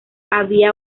había